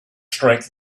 strength